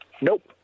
Nope